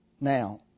Now